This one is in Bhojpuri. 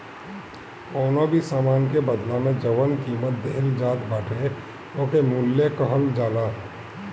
कवनो भी सामान के बदला में जवन कीमत देहल जात बाटे ओके मूल्य कहल जाला